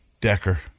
Decker